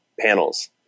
panels